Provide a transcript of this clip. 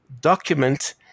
document